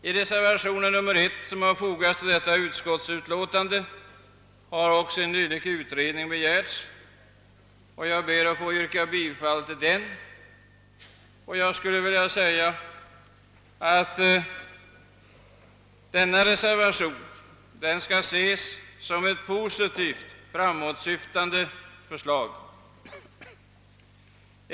I reservationen 1 till statsutskottets utlåtande nr 117 har en dylik utredning begärts, och jag ber att få yrka bifall till denna reservation. Den skall ses som ett positivt, framåtsyftande förslag.